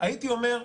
הייתי אומר,